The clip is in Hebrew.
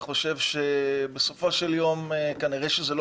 אני חושב שבסופו של יום כנראה זה לא